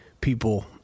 People